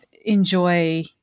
enjoy